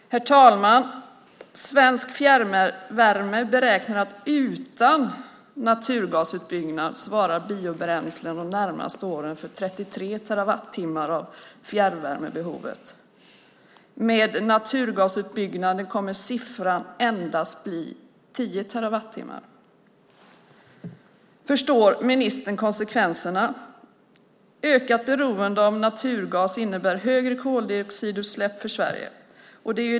Herr talman! Svensk Fjärrvärme beräknar att utan naturgasutbyggnad svarar biobränslen de närmaste åren för 33 terawattimmar av fjärrvärmebehovet. Med naturgasutbyggnad kommer det att bli endast 10 terawatttimmar. Förstår ministern konsekvenserna? Ökat beroende av naturgas innebär högre koldioxidutsläpp för Sverige.